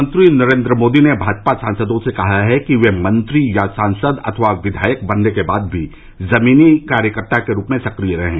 प्रधानमंत्री नरेन्द्र मोदी ने भाजपा सांसदों से कहा है कि वे मंत्री या सांसद अथवा किदायक बनने के बाद भी जमीनी कार्यकर्ता के रूप में सक्रिय रहें